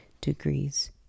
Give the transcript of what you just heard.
degrees